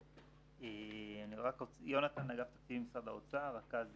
אני יונתן, מאגף תקציבים במשרד האוצר, רכז